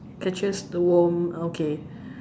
can choose to warm okay